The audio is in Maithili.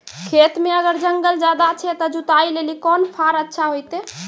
खेत मे अगर जंगल ज्यादा छै ते जुताई लेली कोंन फार अच्छा होइतै?